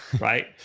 Right